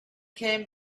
came